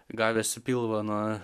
gavęs į pilvą nuo